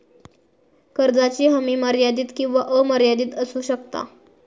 कर्जाची हमी मर्यादित किंवा अमर्यादित असू शकता